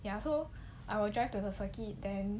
ya so I will drive to the circuit then